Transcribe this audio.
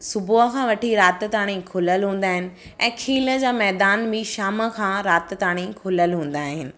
सुबुह खां वठी राति ताणी खुलियलु हूंदा आहिनि ऐं खेल जा मैदान बि शाम खां राति ताणी खुलियलु हूंदा आहिनि